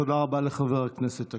תודה רבה, חבר הכנסת אקוניס.